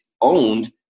owned